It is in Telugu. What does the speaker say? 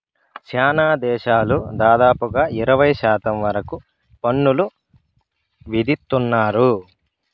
శ్యానా దేశాలు దాదాపుగా ఇరవై శాతం వరకు పన్నులు విధిత్తున్నారు